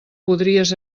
podries